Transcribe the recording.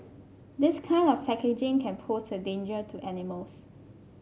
this kind of packaging can pose a danger to animals